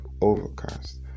Overcast